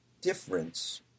difference